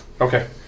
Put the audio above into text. Okay